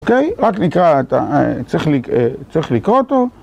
‫אוקיי? רק נקרא את ה... ‫צריך לקרוא אותו.